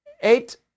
Eight